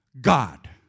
God